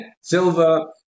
Silver